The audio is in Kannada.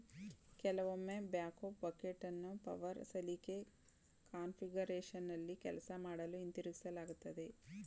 ಕೆಲವೊಮ್ಮೆ ಬ್ಯಾಕ್ಹೋ ಬಕೆಟನ್ನು ಪವರ್ ಸಲಿಕೆ ಕಾನ್ಫಿಗರೇಶನ್ನಲ್ಲಿ ಕೆಲಸ ಮಾಡಲು ಹಿಂತಿರುಗಿಸಲಾಗ್ತದೆ